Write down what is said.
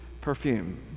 perfume